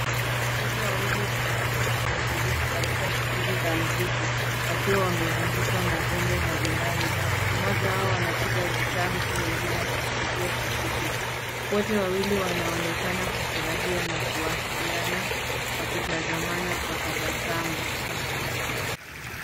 Watoto wawili wanaonekana wakishiriki katika shughuli za mziki wakiwa wamezungukwa na vyombo mbalimbali. Mmoja wao anapiga gitaa huku mwingine akishikilia kijiti. Wote wawili wanaonekana kufurahia na kuwasiliana wakitazamana kwa tabasamu.